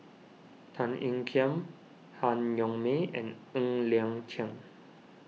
Tan Ean Kiam Han Yong May and Ng Liang Chiang